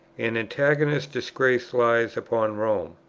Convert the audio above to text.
an antagonist disgrace lies upon rome,